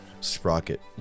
Sprocket